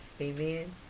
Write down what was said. Amen